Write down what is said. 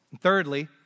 Thirdly